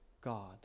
God